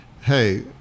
hey